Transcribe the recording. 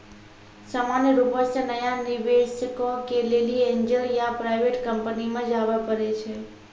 सामान्य रुपो से नया निबेशको के लेली एंजल या प्राइवेट कंपनी मे जाबे परै छै